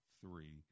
three